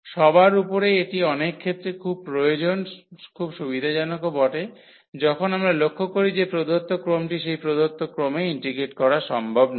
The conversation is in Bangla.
সবার উপরে এটি অনেক ক্ষেত্রে খুব প্রয়োজন খুব সুবিধাজনকও বটে যখন আমরা লক্ষ্য করি যে প্রদত্ত ক্রমটি সেই প্রদত্ত ক্রমে ইন্টিগ্রেট করা সম্ভব নয়